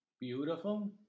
Beautiful